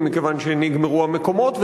אם מכיוון שנגמרו המקומות,